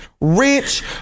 rich